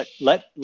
let